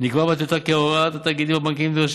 נקבע בטיוטת ההוראה כי התאגידים הבנקאיים נדרשים